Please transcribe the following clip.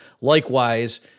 Likewise